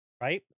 right